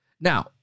Now